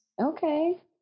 Okay